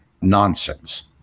nonsense